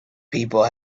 people